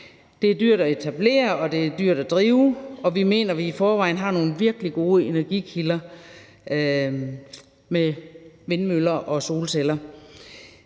det er dyrt at drive, og vi mener, vi i forvejen har nogle virkelig gode energikilder i form af vindmøller og solceller.